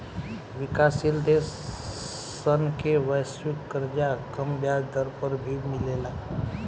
विकाशसील देश सन के वैश्विक कर्जा कम ब्याज दर पर भी मिलेला